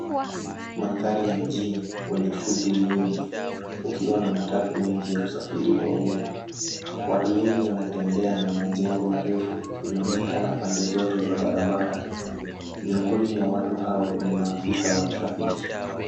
Mandhari ya mjini wenye shughuli nyingi, ukiwa na matatu mengi ya usafiri wa umma. Watu wengi wanatembea na majengo marefu inaonekana pande zote za barabara. miongoni mwa watu hao ni maafisa wa trafiki.